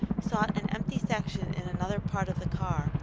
sought an empty section in another part of the car,